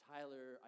Tyler